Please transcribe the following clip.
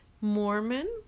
Mormon